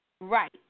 Right